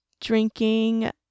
drinking